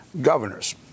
governors